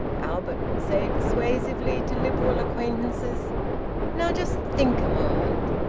albert would say persuasively to liberal acquaintances now just think a moment!